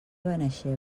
benaixeve